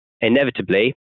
Inevitably